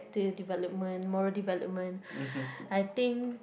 development moral development I think